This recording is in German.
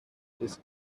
des